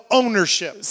ownership